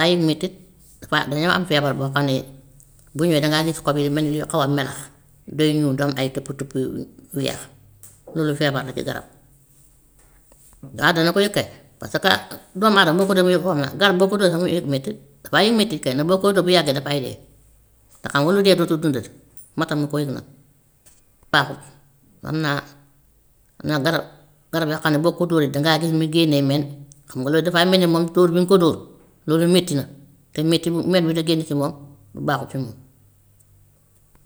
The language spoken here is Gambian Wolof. Na yëg mettit dafa dañoo am feebar boo xam ne bu ñëwee dangaa gis xob yi mel ni yu xaw a melax day ñuul di am ay tupp-tupp yu weex loolu feebar la ci garab. Waa dana ko yëg kay, parce que doomu adama boo ko garab boo ko dóoree sax mu yëg mettit, dafay yëg mettit kay, ndax boo koy dóor bu yàggee dafay ree, te xam nga lu dee dootut dundati moo tax mu koy yëg nag baaxut. Am naa am na garab, garab yoo xam ne boo ko dóoree dangaa gis muy génne meen, xam nga loolu dafay mel ni moom dóor bi nga ko dóor loolu metti na, te metti meen bi di génn ci moom baaxut ci moom.